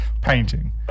painting